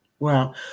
Wow